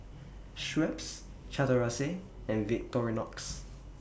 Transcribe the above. Schweppes Chateraise and Victorinox